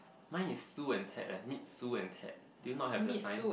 mine is Su and Ted eh meet Su and Ted do you not have the sign